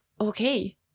okay